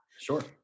Sure